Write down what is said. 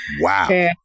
Wow